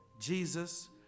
Jesus